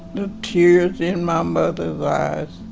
the tears in my mother's eyes